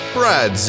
Brad